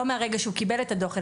לא מהרגע שהוא קיבל את הדוח,